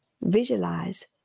visualize